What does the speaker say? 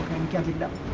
giving them